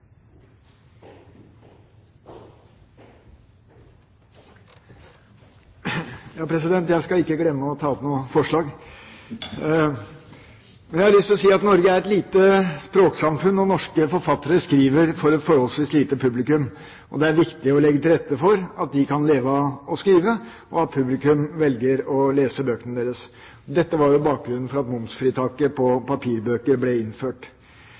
Jeg skal ikke glemme å ta opp noe forslag! Jeg har lyst til å si at Norge er et lite språksamfunn, og norske forfattere skriver for et forholdsvis lite publikum. Det er viktig å legge til rette for at de kan leve av å skrive, og at publikum velger å lese bøkene deres. Dette var jo bakgrunnen for at momsfritaket på papirbøker ble innført.